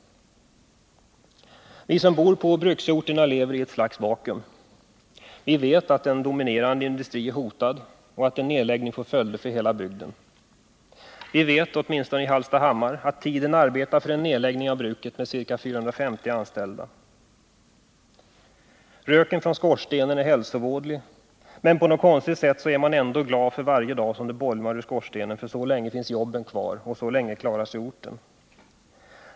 Vi som bor på bruksorterna lever i ett slags vakuum och vet att en dominerande industri är hotad och att en nedläggning får följder för hela bygden. Åtminstone i Hallstahammar vet vi att tiden arbetar för en nedläggning av bruket som har ca 450 anställda. Röken från skorstenen är hälsovådlig, men på något konstigt sätt är man ändå glad varje dag som den bolmar ur skorstenen, för så länge finns ju jobben kvar och så länge klarar sig orten.